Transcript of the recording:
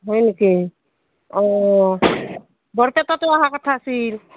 হয় নেকি অঁ বৰপেটাতো অহাৰ কথা আছিল